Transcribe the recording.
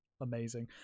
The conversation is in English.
amazing